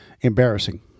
Embarrassing